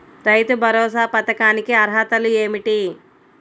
రైతు భరోసా పథకానికి అర్హతలు ఏమిటీ?